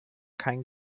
kein